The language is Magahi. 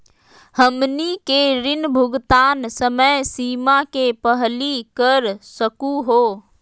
हमनी के ऋण भुगतान समय सीमा के पहलही कर सकू हो?